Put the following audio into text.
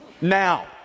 now